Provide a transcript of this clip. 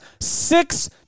six